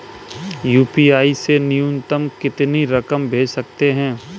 UPI से न्यूनतम कितनी रकम भेज सकते हैं?